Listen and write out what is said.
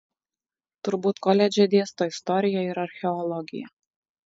turbūt koledže dėsto istoriją ir archeologiją